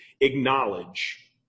acknowledge